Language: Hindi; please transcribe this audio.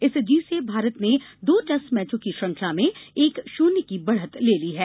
इस जीत से भारत ने दो टेस्ट मैचों की श्रृंखला में एक शून्य की बढ़त ले ली है